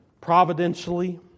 providentially